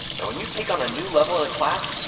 now when you take on a new level in a class,